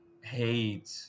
hate